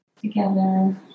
together